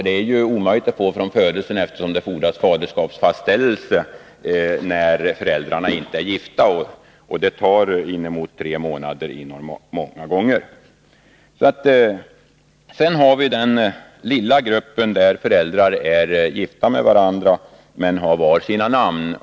Det är ju omöjligt att få det från födelsen, eftersom det fordras faderskapsfastställelse när föräldrarna inte är gifta. Det tar många gånger inemot tre månader. Sedan har vi den lilla gruppen där föräldrarna är gifta med varandra men har var sitt namn.